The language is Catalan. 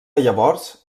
llavors